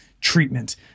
treatment